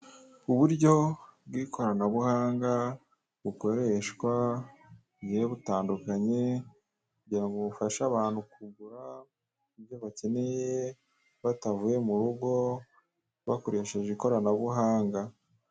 Uburyo bw'ikoranabuhanga bukoreshwa bugiye butandukanye, kugira ngo bufashe abantu kugura ibyo bakeneye batavuye murugo, bakoresheje ikoranabuhanga.